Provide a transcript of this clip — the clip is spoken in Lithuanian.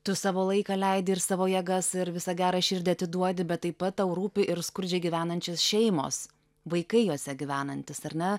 tu savo laiką leidi ir savo jėgas ir visą gerą širdį atiduodi bet taip pat tau rūpi ir skurdžiai gyvenančios šeimos vaikai jose gyvenantys ar ne